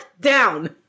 down